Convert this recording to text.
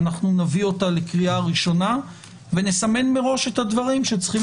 אנחנו נביא אותה לקריאה ראשונה ונסמן מראש את הדברים שצריכים